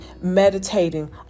meditating